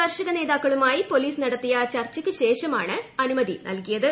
കർഷക നേതാക്കളുമായി പോലീസ് നടത്തിയ ചർച്ചയ്ക്കു ശേഷമാണ് അനുമതി നൽകിയത്